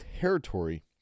territory